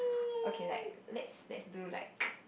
okay like let's let's do like